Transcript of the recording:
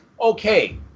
okay